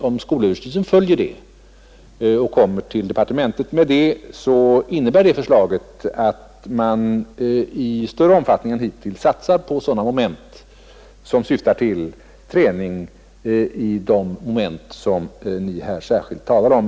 Om skolöverstyrelsen vidarebefordrar det förslaget till departementet, så tror jag att det kommer att leda till en större satsning än hittills på träning i de moment som fru Åsbrink särskilt talat om.